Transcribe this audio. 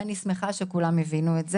אני שמחה שכולם הבינו את זה.